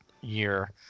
year